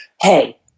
Hey